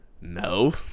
No